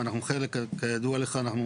אני מזכיר לכולם את 1995. אני אומר שאז לא